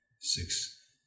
six